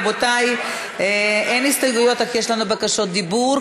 רבותי, אין הסתייגויות, אך יש לנו בקשות דיבור.